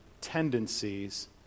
tendencies